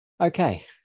Okay